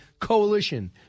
coalition